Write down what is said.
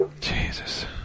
Jesus